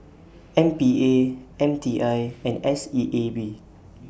M P A M T I and S E A B